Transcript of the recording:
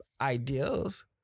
ideals